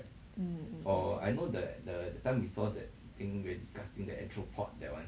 mm